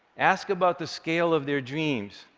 ask about the scale of their dreams,